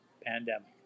pandemic